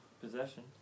possession